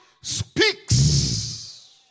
speaks